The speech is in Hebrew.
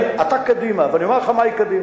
אתה קדימה, ואני אומר לך מהי קדימה.